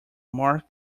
mark